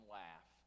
laugh